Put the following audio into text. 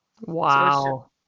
Wow